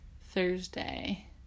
thursday